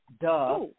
Duh